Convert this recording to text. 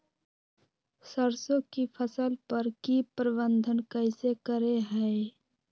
सरसों की फसल पर की प्रबंधन कैसे करें हैय?